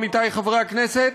עמיתי חברי הכנסת,